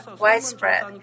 widespread